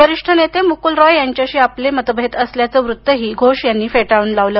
वरिष्ठ नेते मुक्ल रॉय यांच्याशी आपले मतभेद असल्याचे वृत्तही घोष यांनी फेटाळून लावले